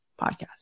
podcast